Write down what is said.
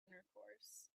intercourse